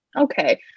okay